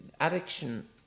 Addiction